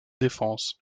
défense